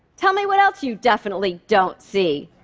tell me what else you definitely don't see.